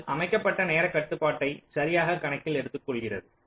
இது அமைக்கப்பட்ட நேரக் கட்டுப்பாட்டை சரியாக கணக்கில் எடுத்துக்கொள்கிறது